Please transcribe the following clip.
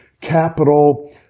capital